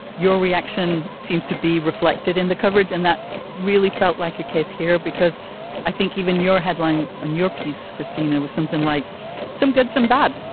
your reaction seems to be reflected in the coverage and that really felt like a case here because i think even your headline on your piece, christina, was something like some good, some bad.